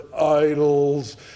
idols